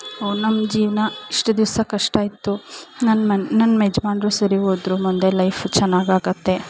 ಹೊ ನಮ್ಮ ಜೀವನ ಇಷ್ಟು ದಿವಸ ಕಷ್ಟ ಇತ್ತು ನನ್ನ ಮನೆ ನಮ್ಮ ಯಜಮಾನ್ರು ಸರಿ ಹೋದ್ರು ಮುಂದೆ ಲೈಫು ಚೆನ್ನಾಗಾಗುತ್ತೆ